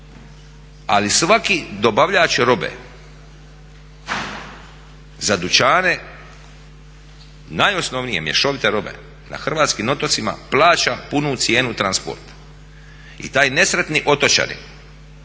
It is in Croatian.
ali svaki dobavljač robe za dućane najosnovnije mješovite robe na hrvatskim otocima plaća punu cijenu transporta. I taj nesretni otočanin,